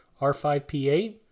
R5P8